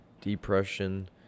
depression